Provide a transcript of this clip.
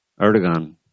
Erdogan